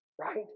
right